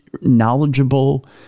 Knowledgeable